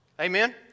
Amen